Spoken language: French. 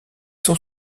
sont